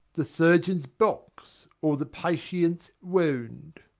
the surgeon's box or the patient's wound.